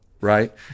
right